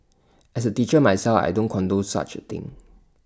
as A teacher myself I don't condone such A thing